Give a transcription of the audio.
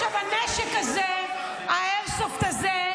עכשיו, הנשק הזה, האיירסופט הזה,